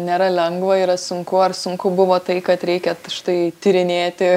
nėra lengva yra sunku ar sunku buvo tai kad reikia štai tyrinėti